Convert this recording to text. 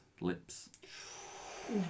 lips